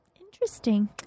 Interesting